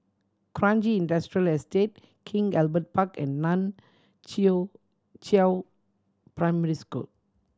Kranji Industrial Estate King Albert Park and Nan Chiau Primary School